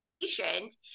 patient